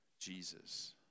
Jesus